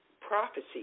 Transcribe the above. prophecy